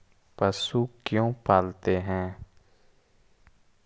पशु क्यों पालते हैं?